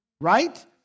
Right